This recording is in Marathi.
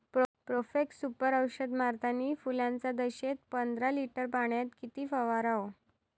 प्रोफेक्ससुपर औषध मारतानी फुलाच्या दशेत पंदरा लिटर पाण्यात किती फवाराव?